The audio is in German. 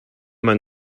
man